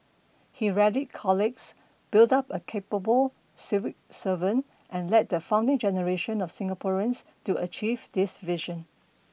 he rallied colleagues built up a capable civil servant and led the founding generation of Singaporeans to achieve this vision